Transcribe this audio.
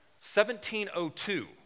1702